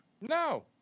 No